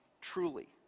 truly